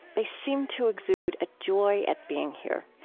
they seem to exude a joy at being here.